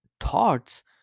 thoughts